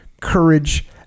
courage